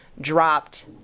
dropped